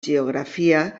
geografia